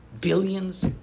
billions